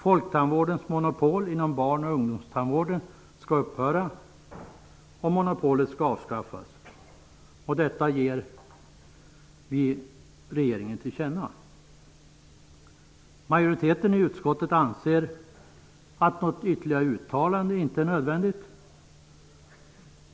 Folktandvårdens monopol inom barnoch ungdomstandvården skall upphöra och monopolet skall avskaffas. Detta vill vi ge regeringen till känna. Majoriteten i utskottet anser att något ytterligare uttalande inte är nödvändigt.